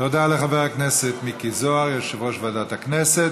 תודה לחבר הכנסת מיקי זוהר, יושב-ראש ועדת הכנסת.